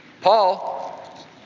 Paul